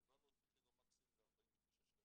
קבענו את מחיר המקסימום ל-49 ₪.